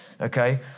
okay